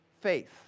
faith